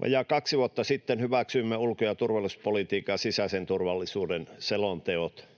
Vajaa kaksi vuotta sitten hyväksyimme ulko- ja turvallisuuspolitiikan ja sisäisen turvallisuuden selonteot.